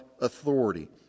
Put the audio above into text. authority